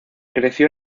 creció